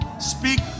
Speak